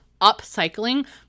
upcycling